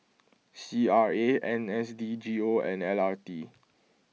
C R A N S D G O and L R T